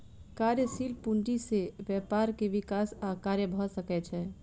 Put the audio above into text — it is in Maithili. कार्यशील पूंजी से व्यापार के विकास आ कार्य भ सकै छै